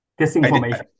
Disinformation